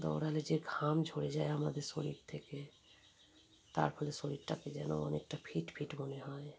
দৌড়ালে যে ঘাম ঝরে যায় আমাদের শরীর থেকে তার ফলে শরীরটাকে যেন অনেকটা ফিট ফিট মনে হয়